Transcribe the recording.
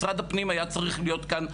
משרד הפנים היה צריך להיות כאן,